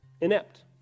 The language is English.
inept